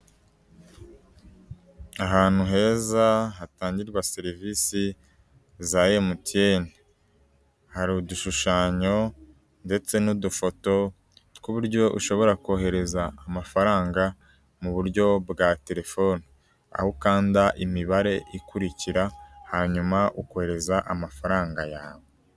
Ahantu heza hatangirwa serivisi za MTN, hari udushushanyo ndetse n'udufoto, tw'ububuryo ushobora kohereza amafaranga, muburyo bwa telefoni, aho ukanda imibare ikurikira, hanyuma ukohereza amafaranga yawe.